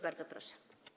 Bardzo proszę.